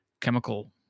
chemical